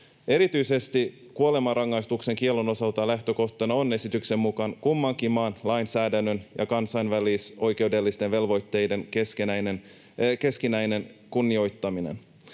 Erityisesti kuolemanrangaistuksen kiellon osalta lähtökohtana on esityksen mukaan kummankin maan lainsäädännön ja kansainvälisoikeudellisten velvoitteiden keskinäinen kunnioittaminen.